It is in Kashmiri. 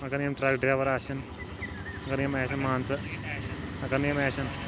اَگر نہٕ یِم ٹرٛک ڈرٛایوَر آسن اَگر نہٕ یِم آسن مان ژٕ اَگر نہٕ یِم آسن